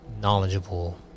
knowledgeable